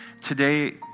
today